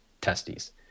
testes